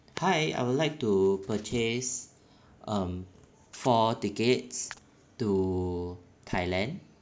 hi I would like to purchase um four tickets to thailand